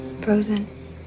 Frozen